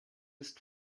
ist